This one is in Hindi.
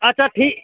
अच्छा ठी